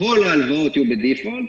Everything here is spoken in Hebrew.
כל ההלוואות יהיו ב-default,